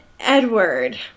Edward